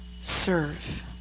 Serve